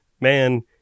man